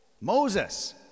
Moses